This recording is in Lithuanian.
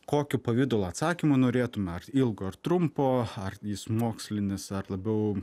kokiu pavidalu atsakymo norėtume ar ilgo ar trumpo ar jis mokslinis ar labiau